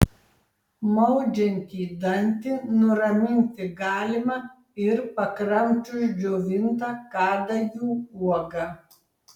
maudžiantį dantį nuraminti galima ir pakramčius džiovintą kadagių uogą